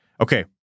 Okay